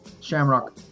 Shamrock